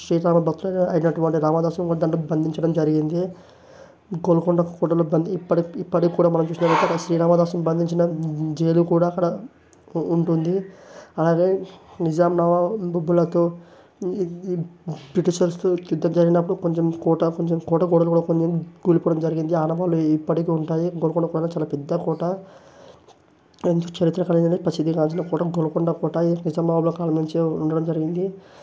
శ్రీరామ భక్తుడు అయినటువంటి రామదాసు అందులో బంధించడం జరిగింది గోల్కొండ కోటలో బంది ఇప్పటికి ఇప్పటికి కూడా మనం చూసినట్లయితే అక్కడ శ్రీరామదాసు బంధించిన జైలు కూడా అక్కడ ఉంటుంది అలాగే నిజాం నవాబులతో బ్రిటిష్ వాళ్ళతో యుద్ధం జరిగినప్పుడు కొంచెం కోట కొంచెం కోట గోడలు కూడా కూలిపోవడం జరిగింది ఆనవాలు ఇప్పటికీ కూడా ఉంటాయి గోల్కొండ కోట చాలా పెద్దకోట ఎంతో చరిత్ర కలిగినది ప్రసిద్ధిగాంచిన కోట మన గోల్కొండ కోట ఇది నిజం నవాబులు కాలం నుంచి ఉండడం జరిగింది